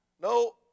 No